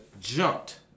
jumped